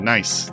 Nice